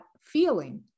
feeling